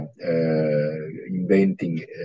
inventing